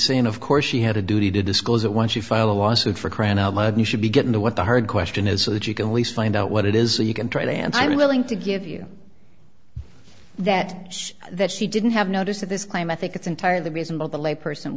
saying of course she had a duty to disclose that once you file a lawsuit for crying out loud you should be getting the what the hard question is so that you can least find out what it is a you can try to and i'm willing to give you that that she didn't have notice of this claim i think it's entirely reasonable the layperson